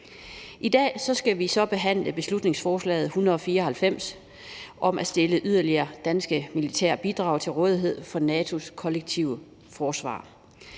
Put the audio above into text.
I dag skal vi så behandle beslutningsforslaget B 194 om at stille yderligere danske militære bidrag til rådighed for NATO's kollektive forsvar.